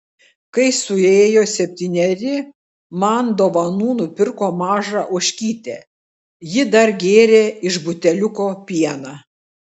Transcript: kai suėjo septyneri man dovanų nupirko mažą ožkytę ji dar gėrė iš buteliuko pieną